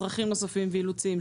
צרכים ואילוצים נוספים.